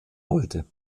wollte